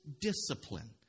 discipline